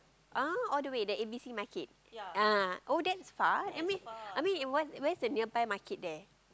ah all the way the A_B_C market ah oh that's far I mean I mean in what where's the nearby market there